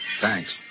Thanks